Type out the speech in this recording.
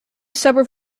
suburb